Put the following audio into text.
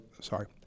sorry